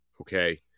okay